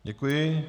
Děkuji.